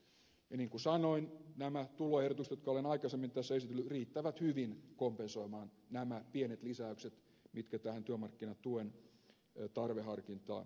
ja niin kuin sanoin nämä tuloehdotukset jotka olen aikaisemmin tässä esitellyt riittävät hyvin kompensoimaan nämä pienet lisäykset mitkä tähän työmarkkinatuen tarveharkintaan liittyvät